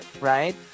right